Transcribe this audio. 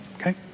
okay